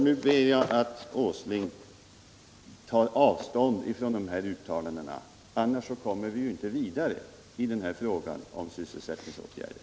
Nu ber jag att Nils Åsling tar avstånd från de här uttalandena, annars kommer vi inte vidare i den här frågan om sysselsättningsåtgärder.